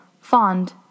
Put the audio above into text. fond